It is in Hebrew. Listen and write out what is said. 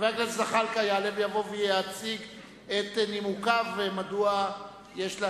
כבוד היושב-ראש, הממשלה החדשה שוברת שיאים.